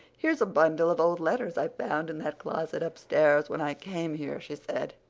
here's a bundle of old letters i found in that closet upstairs when i came here, she said.